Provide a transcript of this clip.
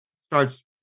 starts